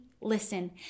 listen